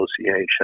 Association